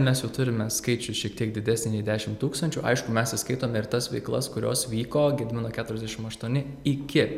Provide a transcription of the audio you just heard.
mes jau turime skaičių šiek tiek didesnį nei dešim tūkstančių aišku mes įskaitome ir tas veiklas kurios vyko gedimino keturiasdešim aštuoni iki